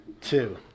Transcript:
Two